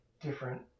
different